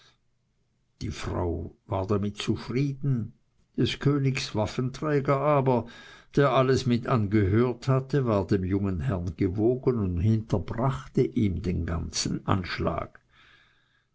die frau war damit zufrieden des königs waffenträger aber der alles mit angehört hatte war dem jungen herrn gewogen und hinterbrachte ihm den ganzen anschlag